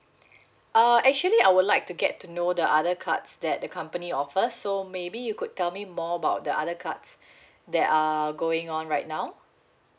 uh actually I would like to get to know the other cards that the company offer so maybe you could tell me more about the other cards that are going on right now